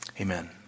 Amen